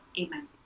Amen